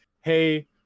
hey